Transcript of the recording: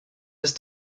ist